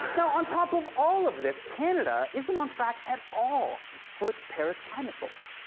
now on top of all of this, canada isn't on track at all for its paris climate goals.